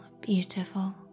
beautiful